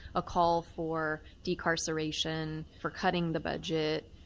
a call for decarceration, for cutting the budget,